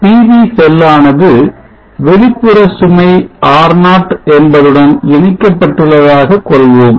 PV செல்லானது வெளிப்புற சுமை R0 என்பதுடன் இணைக்கப்பட்டுள்ளதாக கொள்வோம்